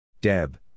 Deb